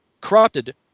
corrupted